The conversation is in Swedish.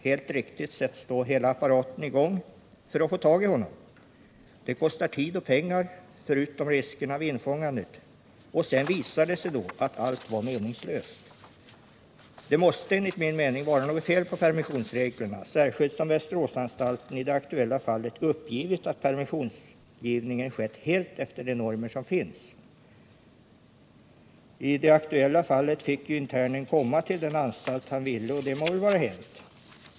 Helt riktigt sätts då hela apparaten i gång gång för att få tag i honom. Det kostar tid och pengar — förutom riskerna vid infångandet —- och sedan visar det sig att allt varit helt meningslöst! Det måste enligt min mening vara något fel på permissionsreglerna, särskilt som Västeråsanstalten i det aktuella fallet uppgivit att permissionsgivningen skett helt efter de normer som finns. I det aktuella fallet fick internen komma till den anstalt där han ville vara. Det må väl vara hänt.